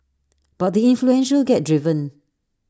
but the influential get driven